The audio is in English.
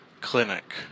Clinic